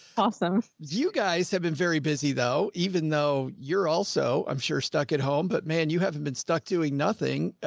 awesome. you guys have been very busy though, even though you're also, i'm sure, stuck at home, but man, you haven't been stuck doing nothing. ah,